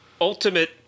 Ultimate